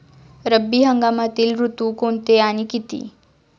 रब्बी हंगामातील ऋतू कोणते आणि किती?